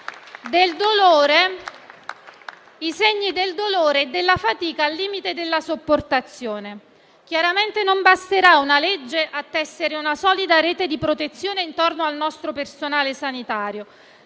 i segni del dolore e della fatica al limite della sopportazione. (*Applausi*). Chiaramente non basterà una legge a tessere una solida rete di protezione intorno al nostro personale sanitario,